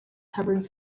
covered